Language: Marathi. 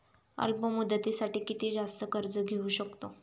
अल्प मुदतीसाठी किती जास्त कर्ज घेऊ शकतो?